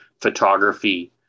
photography